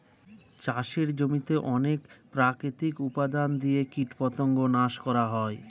চাষের জমিতে অনেক প্রাকৃতিক উপাদান দিয়ে কীটপতঙ্গ নাশ করা হয়